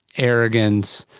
arrogance,